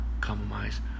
compromise